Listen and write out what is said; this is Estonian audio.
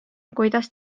kuidas